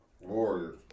Warriors